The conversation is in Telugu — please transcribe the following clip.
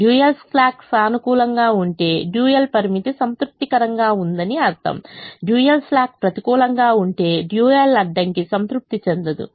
డ్యూయల్ స్లాక్ సానుకూలంగా ఉంటే డ్యూయల్ పరిమితి సంతృప్తికరంగా ఉందని అర్థం డ్యూయల్ స్లాక్ ప్రతికూలంగా ఉంటే డ్యూయల్ అడ్డంకి సంతృప్తి చెందదు